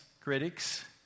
critics